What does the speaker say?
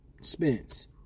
Spence